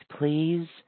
please